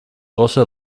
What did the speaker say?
also